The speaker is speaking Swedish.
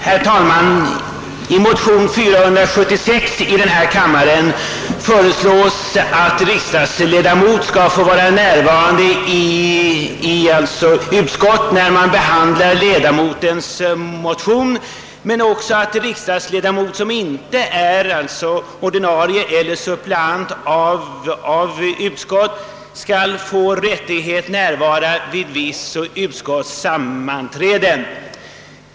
Herr talman! I de likalydande motionerna I:4 och II:6 föreslås att riksdagsledamot skall få tillfälle att vara närvarande i utskottet, när ledamotens motion behandlas där, samt att riksdagsledamot som inte är ordinarie 1edamot av eller suppleant i utskottet skall få tillfälle att närvara vid visst utskotts sammanträden.